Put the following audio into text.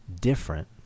different